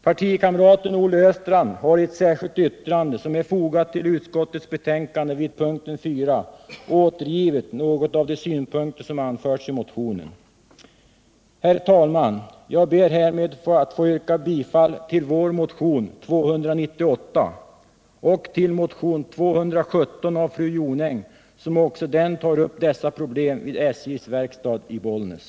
Partikamraten Olle Östrand har i ett särskilt yttrande, som är fogat till utskottets betänkande vid punkten 4, återgivit något av de synpunkter som anförts i motionen. Herr talman! Jag ber härmed att få yrka bifall till vår motion 298 och till motionen 1217 av Gunnel Jonäng m.fl., som också den tar upp problemen vid SJ:s verkstad i Bollnäs.